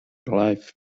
life